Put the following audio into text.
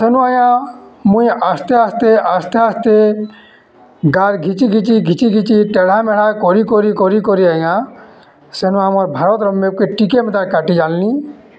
ତ ସେନୁ ଆଜ୍ଞା ମୁଇଁ ଆସ୍ତେ ଆସ୍ତେ ଆସ୍ତେ ଆସ୍ତେ ଗାର୍ ଘିଚି ଘିଚି ଘିଚି ଘିଚି ଟେଢ଼ା ମେଢ଼ା କରି କରି ଆଜ୍ଞା ସେନୁ ଆମର୍ ଭାରତ୍ର ମେପ୍କେ ଟିକେ ମେତାର୍ କାଟି ଜାନ୍ଲି